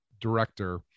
director